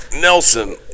Nelson